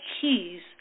keys